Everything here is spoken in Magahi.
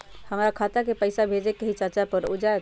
हमरा खाता के पईसा भेजेए के हई चाचा पर ऊ जाएत?